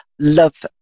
love